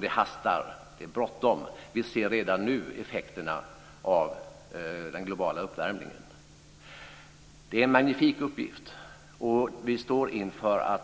Det hastar. Det är bråttom. Vi ser redan nu effekterna av den globala uppvärmningen. Det är en magnifik uppgift. Vi står inför